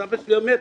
אז אבא שלי אמר: